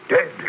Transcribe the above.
Dead